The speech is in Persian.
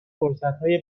فرصتهای